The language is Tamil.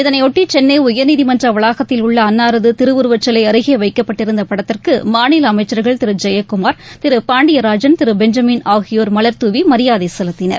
இதனையாட்டி சென்னைஉயர்நீதிமன்றவளாகத்தில் உள்ளஅன்னாரதுதிருவுருவச்சிலைஅருகேவைக்கப்பட்டிருந்தபடத்திற்குமாநிலஅமைச்சர்கள் திருஜெயக்குமார் திருபாண்டியராஜன் திருபெஞ்சமின் ஆகியோர் மலர்தூவிமரியாதைசெலுத்தினர்